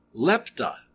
lepta